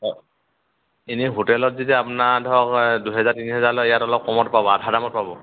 অঁ এনেই হোটেলত যদি আপোনাৰ ধৰক দুহেজাৰ তিনি হেজাৰ লয় ইয়াত অলপ কমত পাব আধা দামত পাব